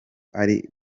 ari